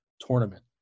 Tournament